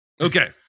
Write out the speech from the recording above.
Okay